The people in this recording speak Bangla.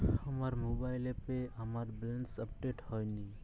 আমার মোবাইল অ্যাপে আমার ব্যালেন্স আপডেট হয়নি